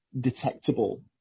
detectable